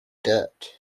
dirt